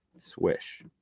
Swish